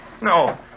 No